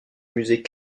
musée